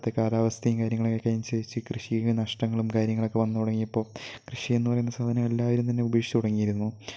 ഇപ്പോഴത്തെ കാലാവസ്ഥയും കാര്യങ്ങളൊക്കെ അനുസരിച്ച കൃഷിയിൽ നഷ്ടങ്ങളും കാര്യങ്ങളൊക്കെ വന്നു തുടങ്ങിയപ്പോൾ കൃഷി എന്ന് പറയുന്ന സാധനം എല്ലാവരും തന്നെ ഉപേക്ഷിച്ച് തുടങ്ങിയിരുന്നു